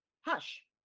hush